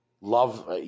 love